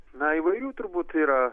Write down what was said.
na įvairių turbūt yra